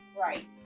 Right